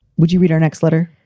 would you read our next letter?